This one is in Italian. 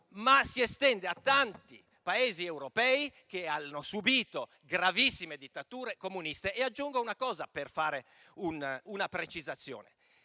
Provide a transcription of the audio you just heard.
ma si estende a tanti Paesi europei che hanno subito gravissime dittature comuniste. Aggiungo una cosa, per fare una precisazione: